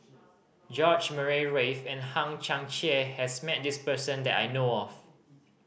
George Murray Reith and Hang Chang Chieh has met this person that I know of